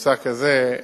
בנושא כזה,